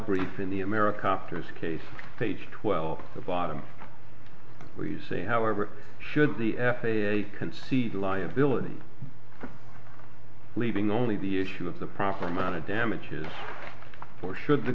brief in the america this case page twelve the bottom where you say however should the f a a concede liability leaving only the issue of the proper amount of damages or should the